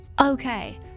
Okay